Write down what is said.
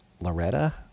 Loretta